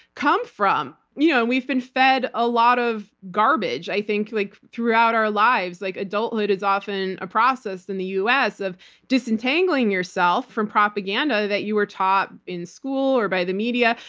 come from. you know and we've been fed a lot of garbage, i think, like throughout our lives. like adulthood is often a process, in the us, of disentangling yourself from propaganda that you were taught in school or by the media,